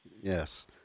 Yes